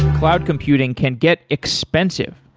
cloud computing can get expensive.